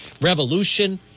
Revolution